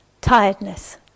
tiredness